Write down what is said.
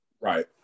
Right